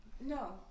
No